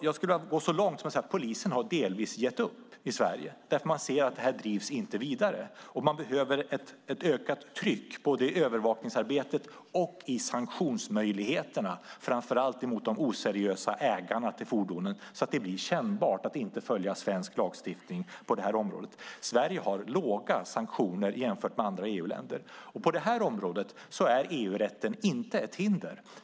Jag skulle vilja gå så långt som att säga att polisen i Sverige delvis har gett upp, därför att vi ser att det här drivs inte vidare. Det behövs ett ökat tryck både i övervakningsarbetet och i sanktionsmöjligheterna, framför allt mot de oseriösa ägarna till fordonen, så att det blir kännbart att inte följa svensk lagstiftning på området. Sverige har låga sanktioner jämfört med andra EU-länder. På det här området är EU-rätten inte ett hinder.